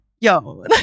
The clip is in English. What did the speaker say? yo